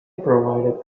provide